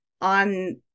on